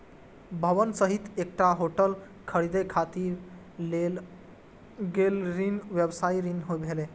भवन सहित एकटा होटल खरीदै खातिर लेल गेल ऋण व्यवसायी ऋण भेलै